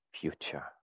future